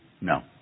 No